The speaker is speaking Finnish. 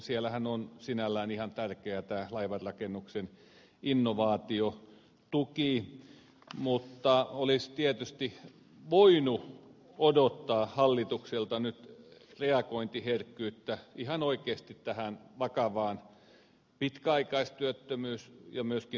siellähän on sinällään ihan tärkeätä laivanrakennuksen innovaatiotuki mutta olisi tietysti voinut odottaa hallitukselta nyt reagointiherkkyyttä ihan oikeasti tähän vakavaan pitkäaikaistyöttömyys ja myöskin nuorisotyöttömyystilanteeseen